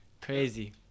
Crazy